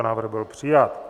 Návrh byl přijat.